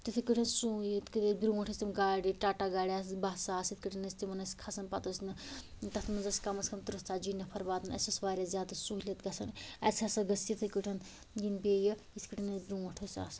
تِتھٔے کٲٹھۍ سُو یِتھ کٲٹھۍ ییٚتہِ برٛونٹھ ٲسۍ تِم گاڑِ ٹاٹا گاڑِ آس بسہٕ آسہٕ یِتھ کٲٹھۍ أسۍ تِمن ٲسۍ کھسان پتہٕ ٲسۍ نہٕ تتھ منٛز ٲسۍ کَم از کَم تٕرٛہ ژتجی نفر واتان اسہِ ٲس وارِیاہ زیادٕ سہولیت گَژھان اسہ ہَسا گٔژھ تَتھٔے کٲٹھۍ یِنۍ بیٚیہِ یِتھ کٲٹھۍ اسہِ برٛونٛٹھ ٲسۍ آسَن